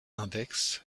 index